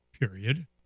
period